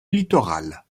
littoral